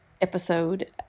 episode